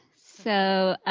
so,